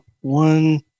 one